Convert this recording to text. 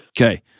Okay